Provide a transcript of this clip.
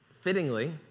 fittingly